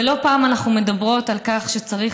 ולא פעם אנחנו מדברות על כך שצריך,